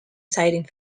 citing